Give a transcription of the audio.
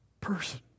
person